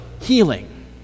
healing